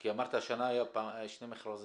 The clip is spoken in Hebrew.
כי אמרת, השנה היו שני מכרזים.